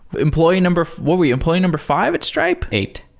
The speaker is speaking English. employee number what were you? employee number five at stripe? eight.